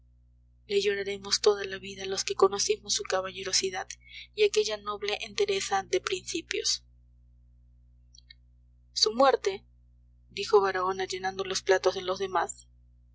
le lloraremos toda la vida los que conocimos su caballerosidad y aquella noble entereza de principios su muerte dijo baraona llenando los platos de los demás